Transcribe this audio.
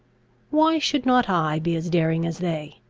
why should not i be as daring as they?